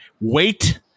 Wait